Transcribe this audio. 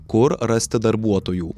kur rasti darbuotojų